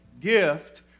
gift